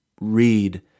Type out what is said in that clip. read